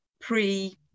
pre